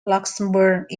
luxembourg